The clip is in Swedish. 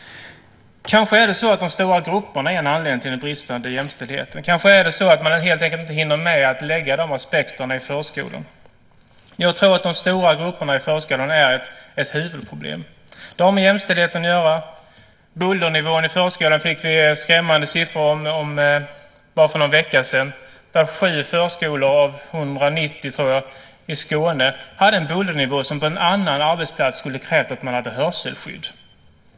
Kanske är de stora grupperna en anledning till den bristande jämställdheten. Kanske hinner man helt enkelt inte med att lägga de aspekterna på förskolan. Jag tror att de stora grupperna i förskolan är ett huvudproblem. Det har med jämställdheten att göra. Vi fick skrämmande siffror om bullernivån i förskolan bara för någon vecka sedan. I Skåne hade 7 förskolor av 190, tror jag, en bullernivå som på en annan arbetsplats skulle ha krävt att man hade hörselskydd.